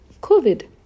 covid